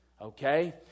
Okay